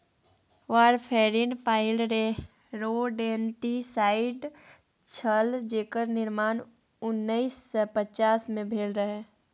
warfarin पहिल rodenticide छल जेकर निर्माण उन्नैस सय पचास मे भेल रहय